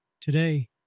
Today